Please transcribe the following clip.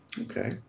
Okay